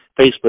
Facebook